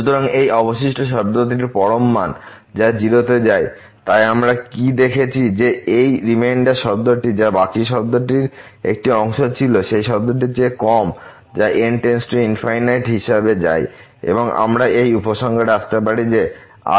সুতরাং এই অবশিষ্ট শব্দটির পরম মান যা 0 তে যায় তাই আমরা কি দেখেছি যে এই রিমেইন্ডার শব্দটি যা বাকী শব্দটির একটি অংশ ছিল সেই শব্দটির চেয়ে কম যা n →∞ হিসাবে যায় এবং আমরা এই উপসংহারে আসতে পারি যে Rn 0